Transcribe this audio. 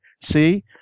see